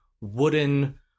wooden